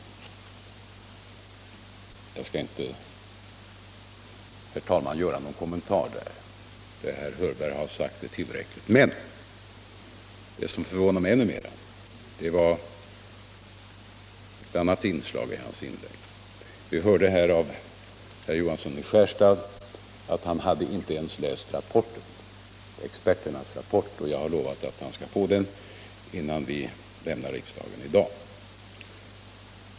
Jag skall, herr talman, i det avseendet inte göra några kommentarer — det herr Hörberg har sagt är tillräckligt. Men ännu mer förvånade mig ett annat inslag i hans inlägg. Vi hörde av herr Johansson i Skärstad att han inte ens hade läst experternas rapport, och jag har lovat att han skall få den innan vi lämnar riksdagen i dag.